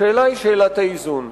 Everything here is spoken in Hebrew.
השאלה היא שאלת האיזון,